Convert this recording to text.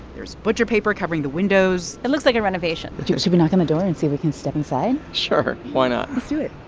there's butcher paper covering the windows it looks like a renovation should we knock on the door and see if we can step inside? sure. why not? let's do it